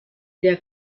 der